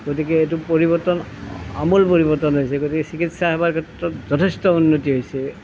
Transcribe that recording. গতিকে এইটো পৰিৱৰ্তন আমূল পৰিৱৰ্তন হৈছে গতিকে চিকিৎসা সেৱাৰ ক্ষেত্ৰত যথেষ্ট উন্নতি হৈছে